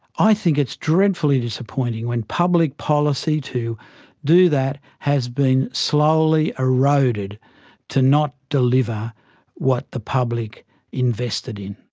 i think it's dreadfully disappointing when public policy to do that has been slowly eroded to not deliver what the public invested in.